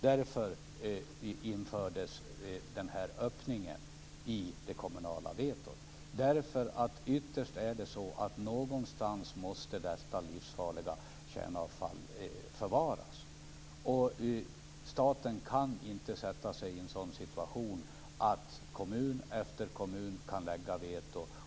Därför infördes den här öppningen i det kommunala vetot. Ytterst måste ju det livsfarliga kärnavfallet förvaras någonstans. Staten kan inte sätta sig i en sådan situation att kommun efter kommun lägger veto.